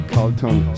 Carlton